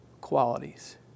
qualities